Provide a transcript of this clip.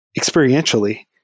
experientially